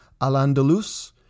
Al-Andalus